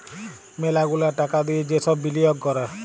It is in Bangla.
ম্যালা গুলা টাকা দিয়ে যে সব বিলিয়গ ক্যরে